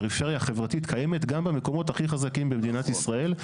פריפריה חברתית קיימת גם במקומות הכי חזקים במדינת ישראל.